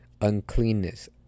Uncleanness